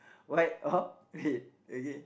right or ahead okay